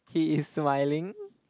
he is smiling